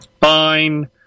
fine